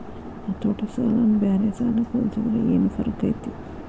ಹತೋಟಿ ಸಾಲನ ಬ್ಯಾರೆ ಸಾಲಕ್ಕ ಹೊಲ್ಸಿದ್ರ ಯೆನ್ ಫರ್ಕೈತಿ?